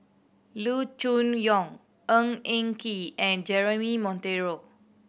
Loo Choon Yong Ng Eng Kee and Jeremy Monteiro